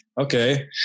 okay